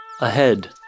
Ahead